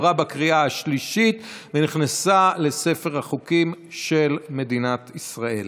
עברה בקריאה השלישית ונכנסה לספר החוקים של מדינת ישראל.